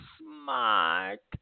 smart